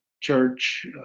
Church